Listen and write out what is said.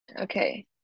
Okay